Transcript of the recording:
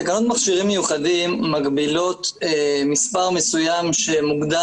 תקנות מכשירים מיוחדים מגבילות מספר מסוים שמוגדר